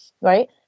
right